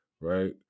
right